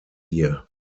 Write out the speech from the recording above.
hier